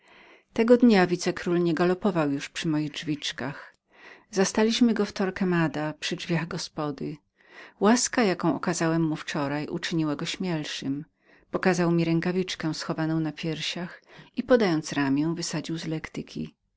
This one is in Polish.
tego dnia wicekról nie galopował już przy moich drzwiczkach ale zastaliśmy go w torquemada przy drzwiach gospody łaska jaką okazałem mu wczoraj uczyniła go śmielszym pokazał mi rękawiczkę schowaną na piersiach i wdzięcznie podając ramie wysadził z lektyki